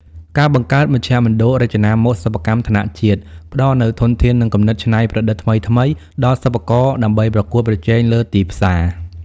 ការបង្កើតមជ្ឈមណ្ឌលរចនាម៉ូដសិប្បកម្មថ្នាក់ជាតិ ផ្ដល់នូវធនធាន និងគំនិតច្នៃប្រឌិតថ្មីៗដល់សិប្បករដើម្បីប្រកួតប្រជែងលើទីផ្សារ។